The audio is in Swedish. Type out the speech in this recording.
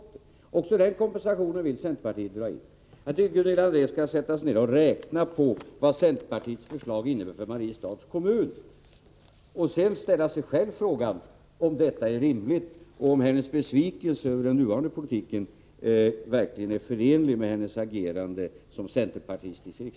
Också den kompensationen vill centerpartiet dra in. Jag tycker att Gunilla André skall sätta sig ned och räkna på centerpartiets förslag och se vad det innebär för Mariestads kommun. Sedan kan Gunilla André fråga sig om detta resone mang är rimligt och om hennes besvikelse över den nuvarande politiken Nr 73 verkligen är förenlig med hennes agerande i egenskap av centerpartistisk